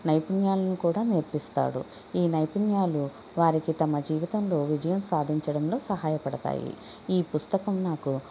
నైపుణ్యాలను కూడా నేర్పిస్తాడు ఈ నైపుణ్యాలు వారికి తమ జీవితంలో విజయం సాధించడంలో సహాయపడుతుంది ఈ పుస్తకం నాకు